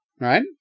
right